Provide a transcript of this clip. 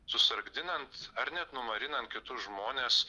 susargdinant ar net numarinant kitus žmones